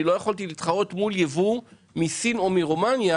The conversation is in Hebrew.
אני לא יכולתי להתחרות מול ייבוא מסין או מרומניה